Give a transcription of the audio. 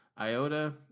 IOTA